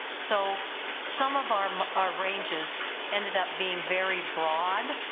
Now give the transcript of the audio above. so some of um our ranges ended up being very broad,